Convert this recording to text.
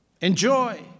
enjoy –